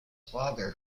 father